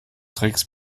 tricks